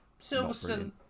Silverstone